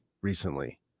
recently